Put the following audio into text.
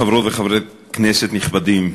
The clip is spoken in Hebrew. חברות וחברי כנסת נכבדים,